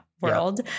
world